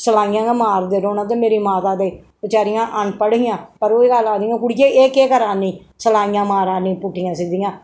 सलाइयां गै मारदे रौह्ना ते मेरी माता ते बेचारियां अनपढ़ हियां पर ओह् एह् गल्ल आखदियां कुड़िये एह् केह् करा'नी सलाइयां मारा'नी पुट्ठियां सिद्धियां